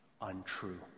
untrue